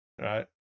Right